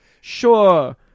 sure